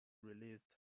released